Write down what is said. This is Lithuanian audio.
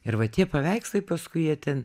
ir va tie paveikslai paskui jie ten